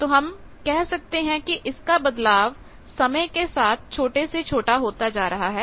तो हम कह सकते हैं कि इसका बदलाव समय के साथ छोटे से छोटा होता जा रहा है